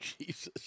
Jesus